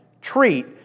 treat